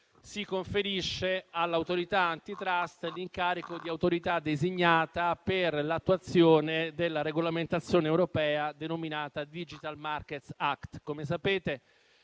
si conferisce all'Autorità *antitrust* l'incarico di autorità designata per l'attuazione della regolamentazione europea denominata Digital markets act. Come sapete,